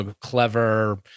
clever